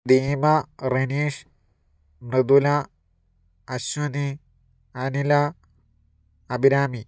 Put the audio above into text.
Deepa Rineesh Mridula Aswathy Anila Abhirami